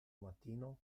matino